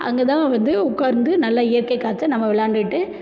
அங்கே தான் வந்து உட்கார்ந்து நல்லா இயற்கை காற்றை நம்ம விளாண்டுட்டு